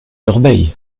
corbeil